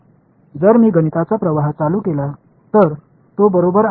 जर मी गणिताचा प्रवाह चालू केला तर तो बरोबर आहे